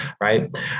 right